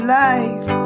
life